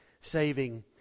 saving